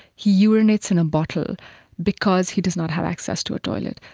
he urinates in a bottle because he does not have access to a toilet.